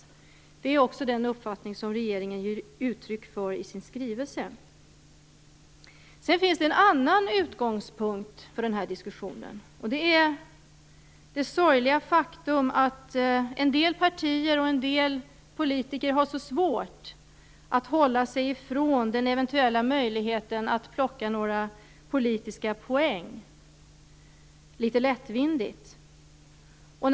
Detta är också den uppfattning som regeringen ger uttryck för i sin skrivelse. Den andra utgångspunkten i den här diskussionen är det sorgliga faktum att en del partier och politiker har svårt att hålla sig ifrån den eventuella möjligheten att litet lättvindigt plocka några politiska poäng.